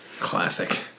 classic